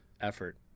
effort